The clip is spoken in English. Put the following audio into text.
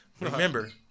Remember